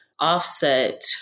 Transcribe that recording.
offset